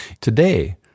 Today